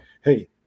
Hey